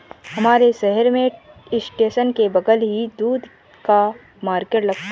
हमारे शहर में स्टेशन के बगल ही दूध का मार्केट लगता है